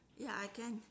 ya I can